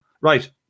Right